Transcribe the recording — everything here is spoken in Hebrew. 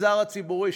המגזר הציבורי,